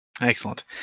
Excellent